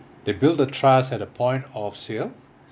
they build a trust at a point of sale